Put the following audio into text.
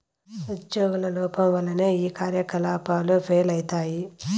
ఉజ్యోగుల లోపం వల్లనే ఈ కార్యకలాపాలు ఫెయిల్ అయితయి